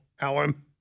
Alan